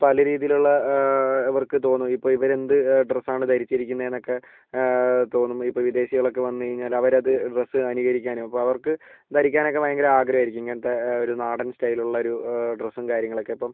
പല രീതിയിലുള്ള ഇവർക്ക് തോന്നും ഇപ്പോൾ ഇവരെന്ത് ഡ്രസ്സാണ് ധരിച്ചിരിക്കുന്നതെന്നൊക്കെ തോന്നും ഇപ്പോൾ വിദേശികളൊക്കെ വന്നു കഴിഞ്ഞാൽ അവരത് ഡ്രസ്സ് അനുകരിക്കാനും അപ്പോൾ അവർക്ക് ധരിക്കാനൊക്കെ ഭയങ്കര ആഗ്രഹമായിരിക്കും ഇങ്ങനത്തെ ഒരു നാടൻ സ്റ്റൈലുള്ളൊരു ഡ്രസ്സും കാര്യങ്ങളൊക്കെ അപ്പോൾ